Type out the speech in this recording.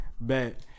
Bet